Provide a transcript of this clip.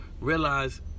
realize